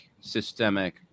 systemic